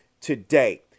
today